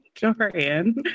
Dorian